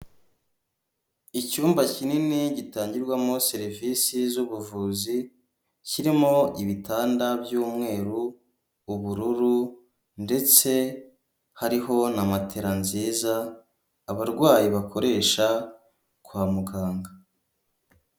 Icyumba kinini gitangirwamo serivisi zubuvuzi kirimo ibitanda by'umweru, ubururu, ndetse hariho na matera nziza abarwayi bakoresha kwa muganga.